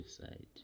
side